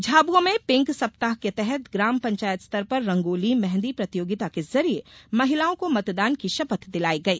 झाबुआ में पिंक सप्ताह के तहत ग्राम पंचायत स्तर पर रंगोली मेहदी प्रतियोगिता के जरिये महिलाओं को मतदान की शपथ दिलाई गई